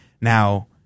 Now